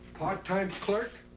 part-time clerk.